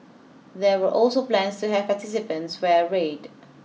there were also plans to have participants wear red